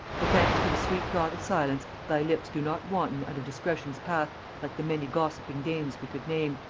for thanks to the sweet god of silence, thy lips do not wanton out of discretion's path like the many gossiping dames we could name,